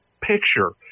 picture